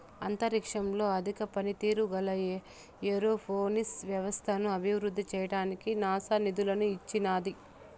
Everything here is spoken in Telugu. అంతరిక్షంలో అధిక పనితీరు గల ఏరోపోనిక్ వ్యవస్థను అభివృద్ధి చేయడానికి నాసా నిధులను ఇచ్చినాది